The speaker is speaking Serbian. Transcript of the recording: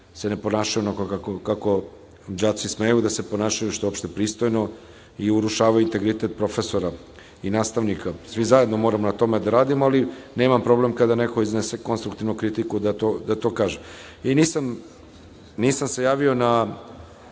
se ne ponašaju onako kako đaci smeju da se ponašaju, što je opšte pristojno i urušavaju integritet profesora i nastavnika. Svi zajedno moramo na tome da radimo, ali nemam problem kada neko iznese konstruktivnu kritiku da to kažem. Nisam se javio na